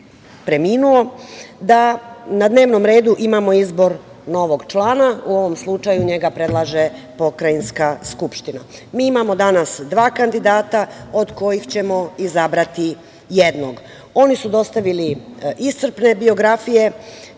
preminuo da na dnevnom redu imamo izbor novog člana u ovom slučaju njega predlaže pokrajinska Skupština. Mi imamo danas dva kandidata od kojih ćemo izabrati jednog. Oni su dostavili iscrpne biografije